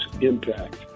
impact